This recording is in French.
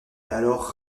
alors